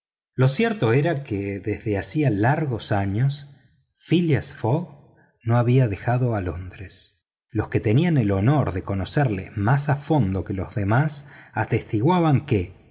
lo cierto era que desde hacía largos años phileas fogg no había dejado londres los que tenían el honor de conocerle más a fondo que los demás atestiguaban que